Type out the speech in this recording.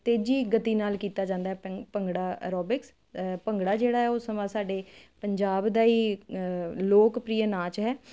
ਤੇਜੀ ਗਤੀ ਨਾਲ ਕੀਤਾ ਜਾਂਦਾ ਭੰਗੜਾ ਐਰੋਬਿਕਸ ਭੰਗੜਾ ਜਿਹੜਾ ਉਹ ਸਮਾਂ ਸਾਡੇ ਪੰਜਾਬ ਦਾ ਹੀ ਲੋਕ ਪ੍ਰੀਆ ਨਾਚ ਹੈ